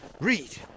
read